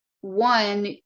one